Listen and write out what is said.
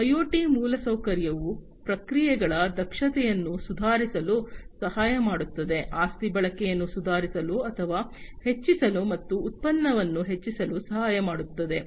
IoT ಮೂಲಸೌಕರ್ಯವು ಪ್ರಕ್ರಿಯೆಗಳ ದಕ್ಷತೆಯನ್ನು ಸುಧಾರಿಸಲು ಸಹಾಯ ಮಾಡುತ್ತದೆ ಆಸ್ತಿ ಬಳಕೆಯನ್ನು ಸುಧಾರಿಸಲು ಅಥವಾ ಹೆಚ್ಚಿಸಲು ಮತ್ತು ಉತ್ಪಾದಕತೆಯನ್ನು ಹೆಚ್ಚಿಸಲು ಸಹಾಯ ಮಾಡುತ್ತದೆ